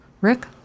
Rick